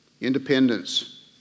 independence